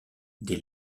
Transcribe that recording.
dès